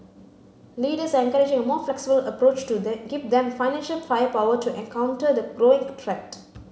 leaders are encouraging a more flexible approach to they give them financial firepower to and counter the growing threat